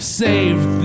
saved